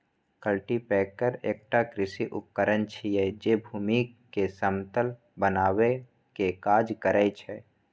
cultipacker एकटा कृषि उपकरण छियै, जे भूमि कें समतल बनबै के काज करै छै